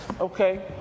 Okay